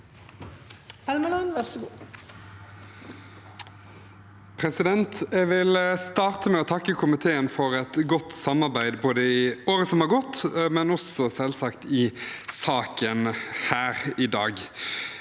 leder): Jeg vil starte med å takke komiteen for et godt samarbeid både i året som er gått, og selvsagt i saken her i dag.